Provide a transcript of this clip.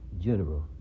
general